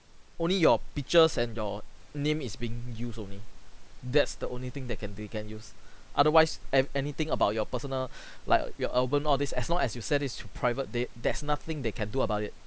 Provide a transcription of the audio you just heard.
only your pictures and your name is being used only that's the only thing that can they can use otherwise a~ anything about your personal like your album all this as long as you set this to private they there's nothing they can do about it